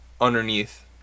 underneath